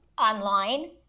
online